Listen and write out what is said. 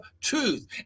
Truth